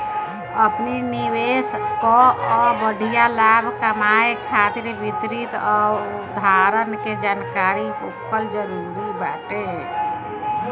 अपनी निवेश कअ बढ़िया लाभ कमाए खातिर वित्तीय अवधारणा के जानकरी होखल जरुरी बाटे